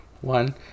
one